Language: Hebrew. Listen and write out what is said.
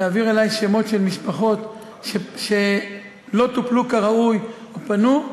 שמות של משפחות שלא טופלו כראוי ופנו.